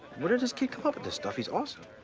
where does this kid come up with this stuff, he's awesome.